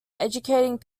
educating